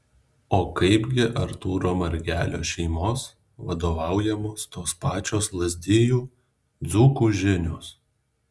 o kaip gi artūro margelio šeimos vadovaujamos tos pačios lazdijų dzūkų žinios